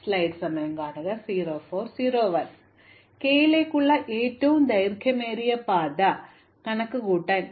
അതിനാൽ k യിലേക്കുള്ള ഏറ്റവും ദൈർഘ്യമേറിയ പാത കണക്കുകൂട്ടാൻ ഇൻകമിംഗ് അയൽവാസികളിലേക്കുള്ള ഏറ്റവും ദൈർഘ്യമേറിയ പാത ഞാൻ കണക്കാക്കേണ്ടതുണ്ട്